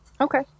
Okay